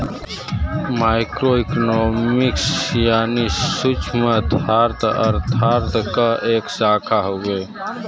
micro economics यानी सूक्ष्मअर्थशास्त्र अर्थशास्त्र क एक शाखा हउवे